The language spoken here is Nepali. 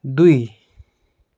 दुई